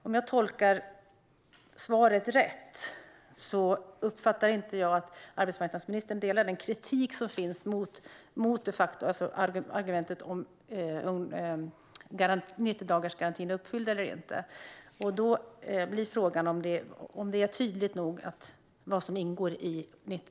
Om jag tolkar svaret rätt delar inte arbetsmarknadsministern den kritik som finns när det gäller om 90-dagarsgarantin är uppfylld eller inte. Då blir frågan om det är tydligt nog vad som ingår i 90dagarsgarantin.